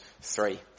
three